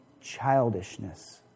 childishness